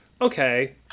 okay